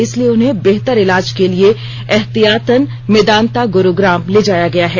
इसलिए उन्हें बेहतर इलाज के लिए एहतियातन मेदांता गुरुग्राम ले जाया गया है